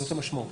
זאת המשמעות.